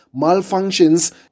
malfunctions